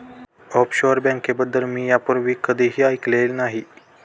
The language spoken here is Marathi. ऑफशोअर बँकेबद्दल मी यापूर्वी कधीही ऐकले नाही